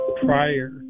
prior